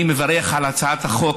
אני מברך על הצעת החוק,